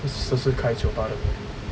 他的 sister 是开酒吧的